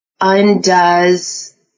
undoes